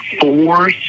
four